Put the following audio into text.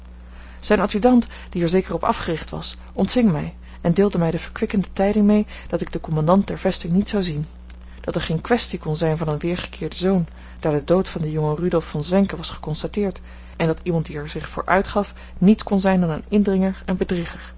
zijn adjudant die er zeker op afgericht was ontving mij en deelde mij de verkwikkende tijding mee dat ik den commandant der vesting niet zou zien dat er geen kwestie kon zijn van een weergekeerden zoon daar de dood van den jongen rudolf von zwenken was geconstateerd en dat iemand die er zich voor uitgaf niets kon zijn dan een indringer en bedrieger